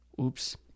Oops